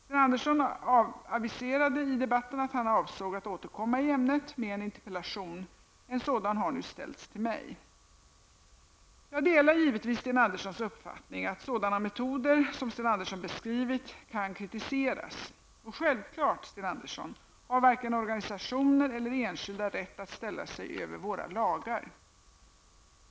Sten Andersson aviserade i debatten att han avsåg att återkomma i ämnet med en interpellation. En sådan har nu ställts till mig. Jag delar givetvis Sten Anderssons uppfattning att sådana metoder -- som Sten Andersson beskrivit -- kan kritiseras. Och självklart, Sten Andersson, har varken organisationer eller enskilda rätt att ställa sig över våra lagar.